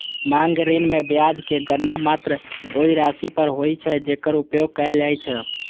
मांग ऋण मे ब्याजक गणना मात्र ओइ राशि पर होइ छै, जेकर उपयोग कैल जाइ छै